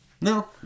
No